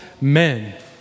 men